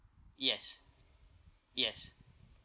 yes yes